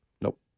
Nope